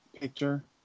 picture